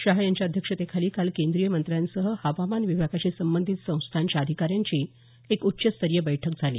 शहा यांच्या अध्यक्षतेखाली काल केंद्रीय मंत्र्यांसह हवामान विभागाशी संबंधित संस्थांच्या अधिकाऱ्यांची एक उच्चस्तरीय बैठक झाली